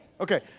Okay